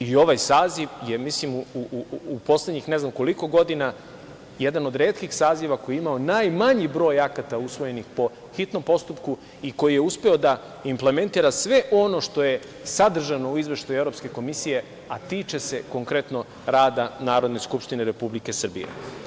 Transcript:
I ovaj saziv je u poslednjih ne znam koliko godina jedan od retkih saziva koji je imao najmanji broj akata usvojenih po hitnom postupku i koji je uspeo da implementira sve ono što je sadržano u izveštaju evropske komisije, a tiče se konkretno rada Narodne skupštine Republike Srbije.